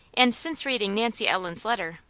and since reading nancy ellen's letter,